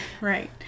Right